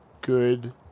good